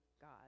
God